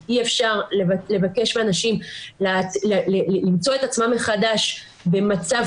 אי אפשר לבקש מאנשים למצוא את עצמם מחדש במצב